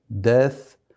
death